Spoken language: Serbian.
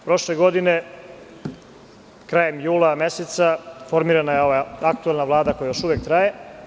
Prošle godine, krajem jula meseca, formirana je ova aktuelna Vlada koja još uvek traje.